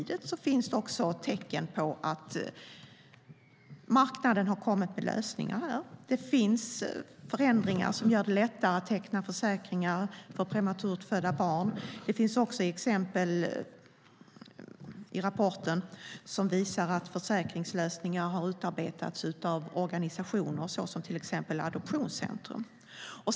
Det finns också tecken på att marknaden har kommit med lösningar. Det finns förändringar som gör det lättare att teckna försäkringar för prematura barn. I rapporten finns det också exempel som visar att försäkringslösningar har utarbetats av organisationer såsom till exempel Adoptionscentrum.